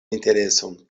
intereson